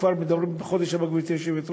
כבר מדברים על כך שבחודש הבא, גברתי היושבת-ראש,